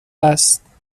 است